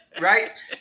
Right